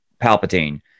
Palpatine